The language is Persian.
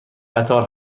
قطار